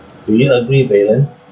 do you agree valen